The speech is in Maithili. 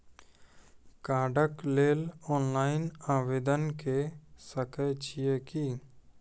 कार्डक लेल ऑनलाइन आवेदन के सकै छियै की?